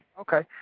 Okay